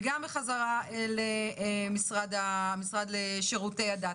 וגם בחזרה אל משרד לשירותי הדת.